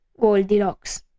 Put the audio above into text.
Goldilocks